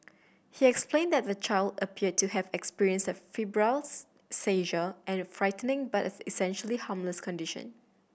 he explained that the child appeared to have experienced a febrile seizure and a frightening but essentially harmless condition